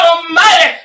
Almighty